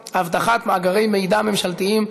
שוויון, שוויון בקליטה הסלולרית אני מוכן.